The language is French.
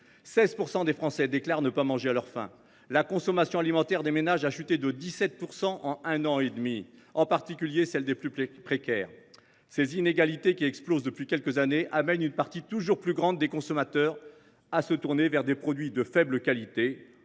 16 % des Français déclarent ne pas manger à leur faim et la consommation alimentaire des ménages a chuté de 17 % en un an et demi, la décrue étant particulièrement prononcée chez les plus précaires. Ces inégalités, qui explosent depuis quelques années, conduisent une partie toujours plus grande des consommateurs à se tourner vers des produits de faible qualité,